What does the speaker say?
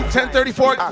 10.34